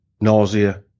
nausea